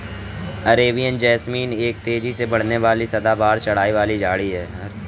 Arabian jasmine एक तेजी से बढ़ने वाली सदाबहार चढ़ाई वाली झाड़ी है